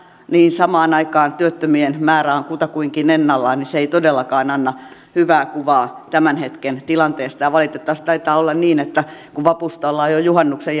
samaan aikaan työttömien määrä on kutakuinkin ennallaan niin se ei todellakaan anna hyvää kuvaa tämän hetken tilanteesta valitettavasti taitaa olla niin että kun vapusta ollaan jo juhannuksen